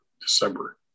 December